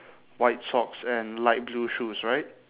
white socks and light blue shoes right